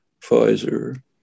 Pfizer